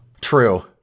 True